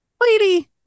lady